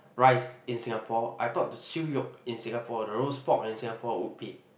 rice in Singapore I thought the siew-yoke in Singapore the roast pork in Singapore would be